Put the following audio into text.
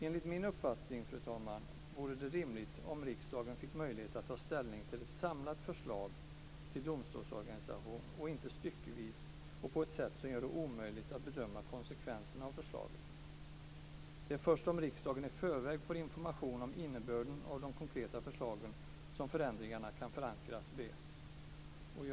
Enligt min uppfattning, fru talman, vore det rimligt om riksdagen fick möjlighet att ta ställning till ett samlat förslag till domstolsorganisation - inte styckevis och på ett sådant sätt att det blir omöjligt att bedöma konsekvenserna av förslaget. Det är först om riksdagen i förväg får information om innebörden av de konkreta förslagen som förändringarna kan förankras brett.